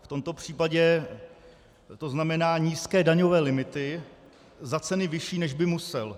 V tomto případě to znamená nízké daňové limity za ceny vyšší, než by musel.